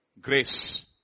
Grace